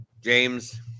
James